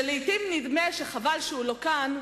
לעתים נדמה, חבל שהוא לא כאן,